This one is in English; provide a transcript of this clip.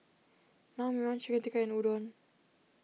Naengmyeon Chicken Tikka and Udon